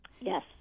yes